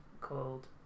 called